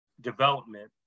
development